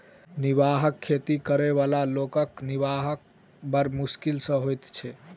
निर्वाह खेती करअ बला लोकक निर्वाह बड़ मोश्किल सॅ होइत छै